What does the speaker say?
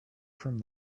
from